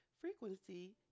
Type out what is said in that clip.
frequency